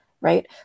right